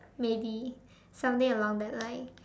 maybe something along that line